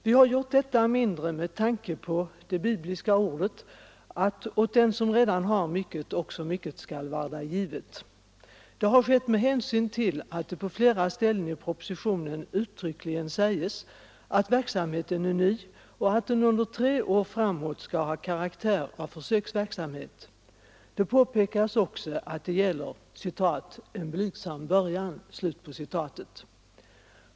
Vi har gjort detta mindre med tanke på det bibliska ordet: ”Den som har, åt honom skall varda givet.” Det har skett med hänsyn till att det på flera ställen i propositionen uttryckligen sägs att verksamheten är ny och att den under tre år framåt skall ha karaktär av försöksverksamhet. Det påpekas också att det gäller en blygsam början.